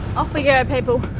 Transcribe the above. off we go, people.